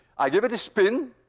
i give it a spin.